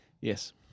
Yes